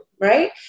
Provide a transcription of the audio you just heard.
right